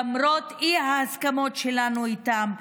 למרות האי-הסכמות שלנו איתם,